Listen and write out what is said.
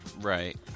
Right